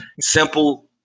simple